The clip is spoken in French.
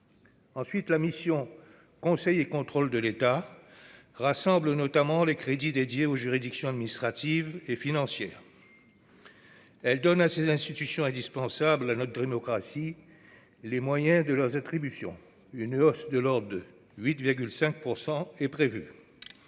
d'années. La mission « Conseil et contrôle de l'État » rassemble notamment les crédits alloués aux juridictions administratives et financières. Son objet est de donner à ces institutions indispensables à notre démocratie les moyens de leurs attributions. Une hausse de ses crédits de l'ordre de 8,5 % est prévue